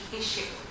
issue